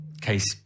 case